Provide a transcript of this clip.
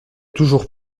toujours